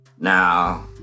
Now